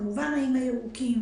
מלונות שבאיים הירוקים,